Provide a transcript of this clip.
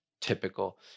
typical